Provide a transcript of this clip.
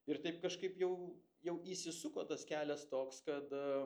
ir taip kažkaip jau jau įsisuko tas kelias toks kad